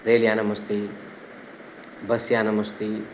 rail यानम् अस्ति bus यानम् अस्ति